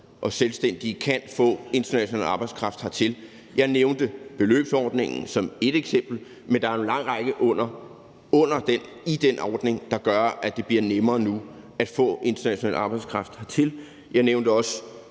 og selvstændige kan få international arbejdskraft hertil. Jeg nævnte beløbsordningen som ét eksempel, men der er jo en lang række ordninger, der gør, at det nu bliver nemmere at få international arbejdskraft hertil. Jeg nævnte også